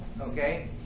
okay